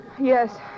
Yes